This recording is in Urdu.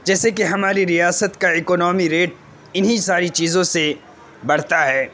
جیسے کہ ہماری ریاست کا اکانومی ریٹ انہیں ساری چیزوں سے بڑھتا ہے